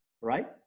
right